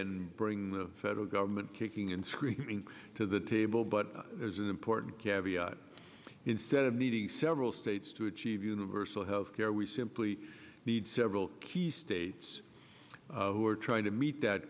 and bring the federal government kicking and screaming to the table but there's an important instead of needing several states to achieve universal health care we simply need several key states who are trying to meet that